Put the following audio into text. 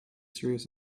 serious